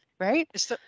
Right